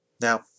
Now